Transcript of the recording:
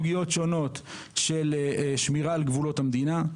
חשובים אחרים שהם טיפלו בהם בסוגיות שונות של שמירה על גבולות המדינה.